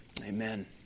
Amen